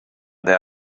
there